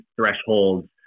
thresholds